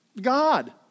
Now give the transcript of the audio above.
God